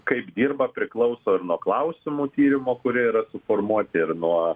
kaip dirba priklauso ir nuo klausimų tyrimo kurie yra suformuoti ir nuo